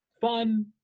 fun